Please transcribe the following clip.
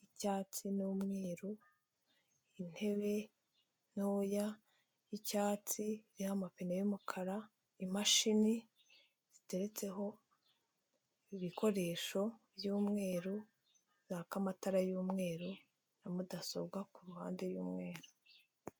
y'icyatsi n'umweru, intebe ntoya y'icyatsi yamapine y'umukara, imashini ziteretseho ibikoresho by'umweru byaka amatara y'umweru na Mudasobwa ku ruhande y'umweru.